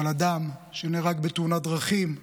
אבל אדם שנהרג בתאונת דרכים,